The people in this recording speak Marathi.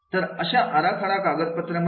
तर अशा आराखडा कागदपत्रांमध्ये